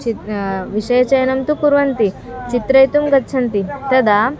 चित्रं विषयचयनं तु कुर्वन्ति चित्रयितुं गच्छन्ति तदा